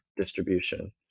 distribution